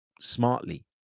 smartly